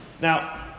Now